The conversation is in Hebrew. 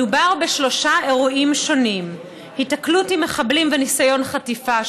מדובר בשלושה אירועים שונים: היתקלות עם מחבלים וניסיון חטיפה,